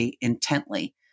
intently